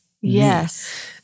yes